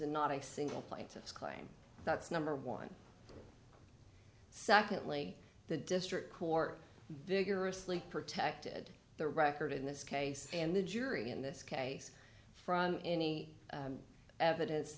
and not a single plaintiff's claim that's number one secondly the district court vigorously protected the record in this case and the jury in this case from any evidence